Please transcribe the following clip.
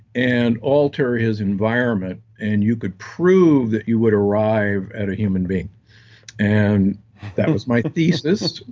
and alter his environment, and you could prove that you would arrive at a human being and that was my thesis,